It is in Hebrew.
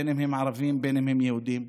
בין שהם ערבים, בין שהם יהודים,